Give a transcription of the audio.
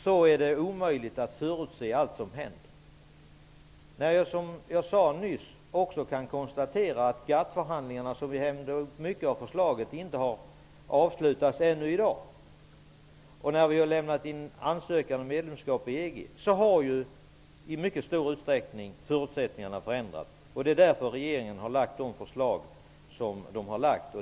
Som jag sade nyss kan vi också konstatera att GATT-förhandlingarna, som vi hängde upp mycket av förslaget på, inte har avslutats än i dag. Vi har lämnat in en ansökan om medlemskap i EG. Förutsättningarna har i mycket stor utsträckning förändrats. Det är därför regeringen har lagt fram de förslag man har lagt fram.